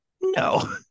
No